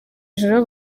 ijoro